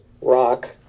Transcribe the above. rock